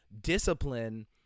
discipline